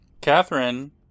Catherine